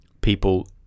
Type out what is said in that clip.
people